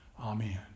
amen